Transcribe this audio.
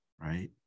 right